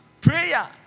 Prayer